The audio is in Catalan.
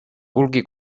vulgui